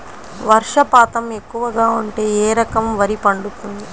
వర్షపాతం ఎక్కువగా ఉంటే ఏ రకం వరి పండుతుంది?